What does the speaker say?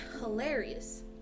hilarious